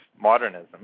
modernism